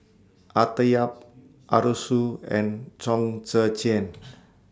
Arthur Yap Arasu and Chong Tze Chien